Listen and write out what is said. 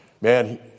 man